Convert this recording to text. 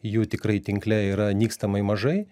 jų tikrai tinkle yra nykstamai mažai